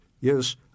yes